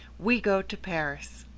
we go to paris.